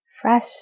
fresh